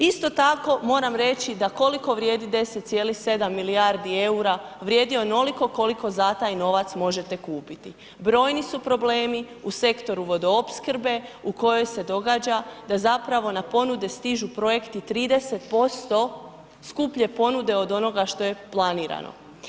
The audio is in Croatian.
Isto tako moram reći da koliko vrijedi 10,7 milijardi ERU-a, vrijedi onoliko koliko za taj novac možete kupiti, brojni su problemi u sektoru vodoopskrbe u kojoj se događa da zapravo na ponude stižu projekti 30% skuplje ponude od onoga što je planirano.